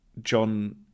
john